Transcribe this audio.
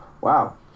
Wow